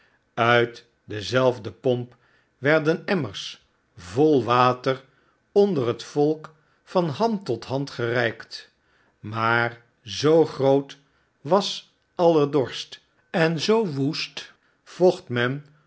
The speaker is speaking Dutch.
uit dezelfde pomp werden emmers vol wateronder het volk van hand tot hand gereikt maar zoo groot was alter dorst en zoo woest vocht men